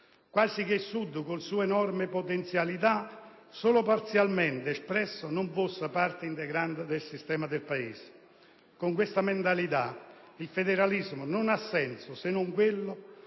quasi che il Sud, con le sue enormi potenzialità, solo parzialmente espresse, non fosse parte integrante del sistema Paese. Con questa mentalità il federalismo non ha senso, se non quello,